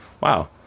wow